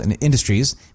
Industries